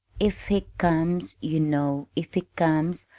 if he comes you know if he comes,